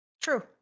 True